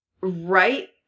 right